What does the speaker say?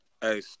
Hey